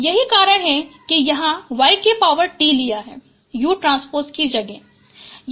और यही कारण है कि यहाँ yT लिया है u ट्रांसपोज़ की जगह